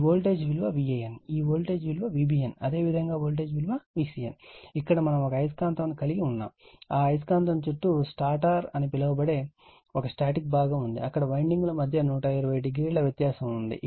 ఈ ఓల్టేజ్ విలువ Van ఈ ఓల్టేజ్ విలువVbn అదేవిధంగా వోల్టేజ్ విలువVcn ఇక్కడ మనం ఒక అయస్కాంతం ని కలిగి ఉన్నాము ఆ అయస్కాంతం చుట్టూ స్టాటర్ అని పిలువబడే ఒక స్టాటిక్ భాగం ఉంది అక్కడ వైండింగ్ ల మధ్య 120 డిగ్రీల వ్యత్యాసం ఉంది